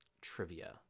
trivia